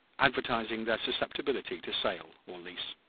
advertising their susceptibility to sale or lease.